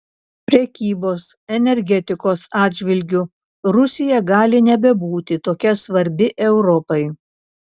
prekybos energetikos atžvilgiu rusija gali nebebūti tokia svarbi europai